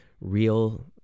real